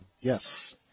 Yes